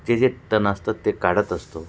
जे जे तण असतात ते काढत असतो